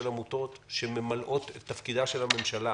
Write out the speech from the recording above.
עמותות שממלאות את תפקידה של הממשלה